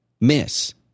miss